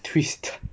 twist